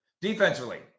Defensively